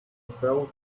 felt